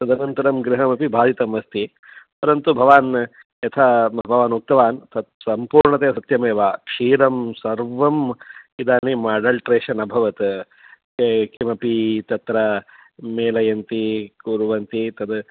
तदनन्तरं गृहमपि बाधितमस्ति परन्तु भवान् यथा भवान् उक्तवान् तत् सम्पूर्णतया सत्यमेव क्षीरं सर्वम् इदानीम् अडल्ट्रेशन् अभवत् ते किमपि तत्र मेलयन्ति कुर्वन्ति तद्